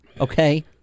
okay